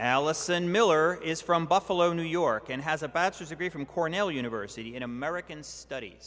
alison miller is from buffalo new york and has a bachelor's degree from cornell university in american stud